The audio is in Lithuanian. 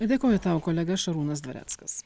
dėkoju tau kolega šarūnas dvareckas